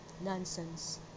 Nonsense